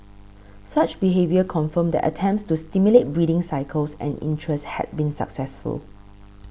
such behaviour confirmed that attempts to stimulate breeding cycles and interest had been successful